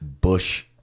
bush